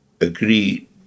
agree